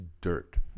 dirt